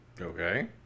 Okay